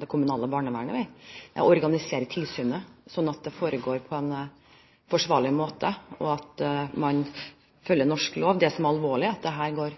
det kommunale barnevernet, organisere tilsynet, slik at det foregår på en forsvarlig måte, og at man følger norsk lov. Det som er alvorlig, er at det går